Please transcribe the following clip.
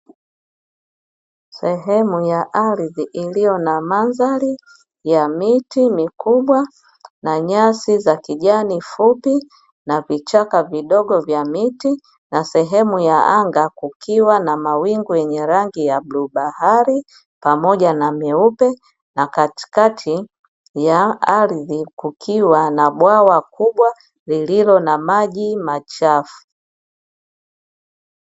Sehemu ya ardhi iliyo na mandhari ya miti mikubwa na nyasi za kijani fupi na vichaka vidogo vya miti, na sehemu ya anga kukiwa na mawingu yenye rangi ya bluu bahari pamoja na meupe, na katikati ya ardhi kukiwa na bwawa kubwa lililo na maji machafu.